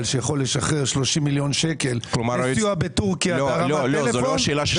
שיכול לשחרר 30 מיליון שקל לסיוע בטורקיה בהרמת טלפון,